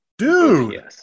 Dude